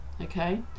okay